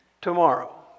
Tomorrow